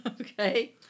Okay